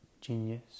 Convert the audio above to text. genius